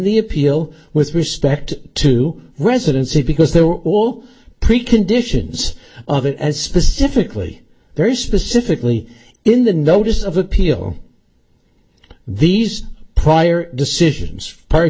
the appeal with respect to residency because there were all preconditions of it as specifically very specifically in the notice of appeal these prior decisions part